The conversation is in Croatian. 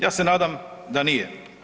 Ja se nadam da nije.